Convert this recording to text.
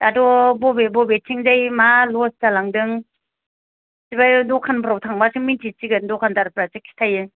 दाथ' बबे बबेथिंजाय मा ल'दज जालांदों सिबाय दखानफ्राव थांबासो मिनथिसिगोन दखानदारफ्रासो खिथायो